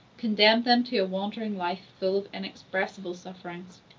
condemned them to a wandering life full of inexpressible sufferings.